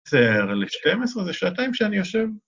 סער, ל-12 זה שעתיים שאני יושב?